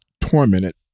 tormented